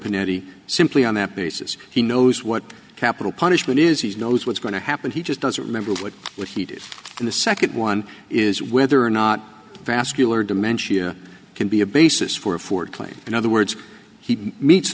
pernetti simply on that basis he knows what capital punishment is he's knows what's going to happen he just doesn't remember what what he did in the second one is whether or not vascular dementia can be a basis for a ford claim in other words he meets